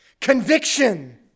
Conviction